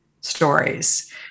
stories